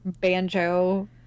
banjo